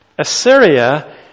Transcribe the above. Assyria